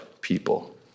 people